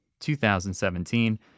2017